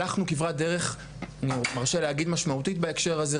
בממשלת השינוי הלכנו כברת דרך משמעותית בהקשר הזה,